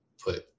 put